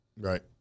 right